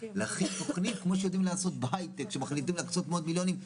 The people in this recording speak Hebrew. להכין תכנית כמו שיודעים לעשות בהייטק שמחליטים להקצות מאות מיליונים,